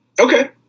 Okay